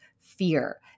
fear